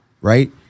Right